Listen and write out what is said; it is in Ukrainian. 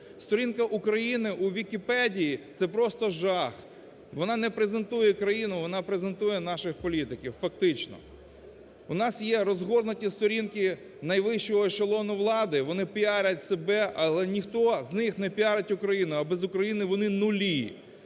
Сторінка України у Вікіпедії – це просто жах, вона не презентує країну, вона презентує наших політиків фактично. У нас є розгорнуті сторінки найвищого ешелону влади, вони піарять себе, але ніхто з них не піарить Україну, а без України вони нулі.